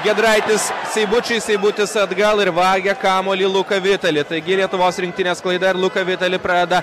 giedraitis seibučiui seibutis atgal ir vagia kamuolį luka vitali taigi lietuvos rinktinės klaida ir luka vitali pradeda